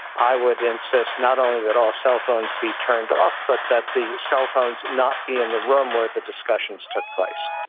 i would insist not only that all cell phones be turned off but that the cell phones not be in the room where the discussions took place.